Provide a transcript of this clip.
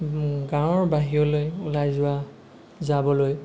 গাঁৱৰ বাহিৰলৈ ওলাই যোৱা যাবলৈ